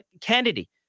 Kennedy